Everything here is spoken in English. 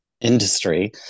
industry